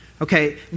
okay